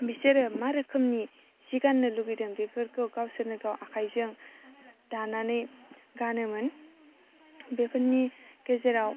बिसोरो मा रोखोमनि जि गाननो लुगैदों बेफोरखौ गावसोरनो गाव आखाइजों दानानै गानोमोन बेफोरनि गेजेराव